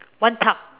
one cup